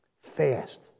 fast